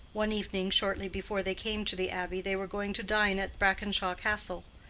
one evening, shortly before they came to the abbey, they were going to dine at brackenshaw castle.